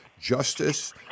justice